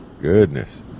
Goodness